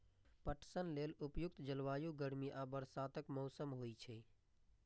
पटसन लेल उपयुक्त जलवायु गर्मी आ बरसातक मौसम होइ छै